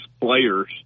players